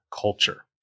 culture